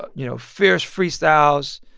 but you know, fierce freestyles,